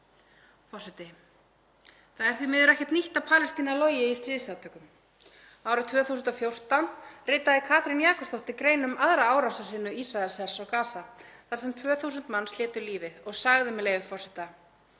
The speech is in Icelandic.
Það er því miður ekkert nýtt að Palestína logi í stríðsátökum. Árið 2014 ritaði Katrín Jakobsdóttir grein um aðra árásahrinu Ísraelshers á Gaza þar sem 2.000 manns létu lífið og sagði, með leyfi forseta: